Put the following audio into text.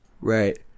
Right